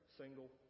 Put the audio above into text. single